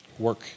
work